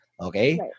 okay